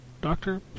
Doctor